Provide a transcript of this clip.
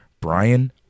brian